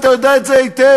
אתה יודע את זה היטב,